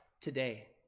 today